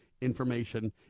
information